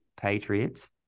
Patriots